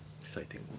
exciting